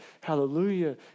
hallelujah